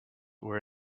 were